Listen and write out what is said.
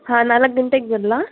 ಹಾಂ ನಾಲ್ಕು ಗಂಟೆಗೆ ಬರಲಾ